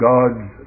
God's